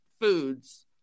foods